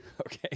okay